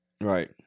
Right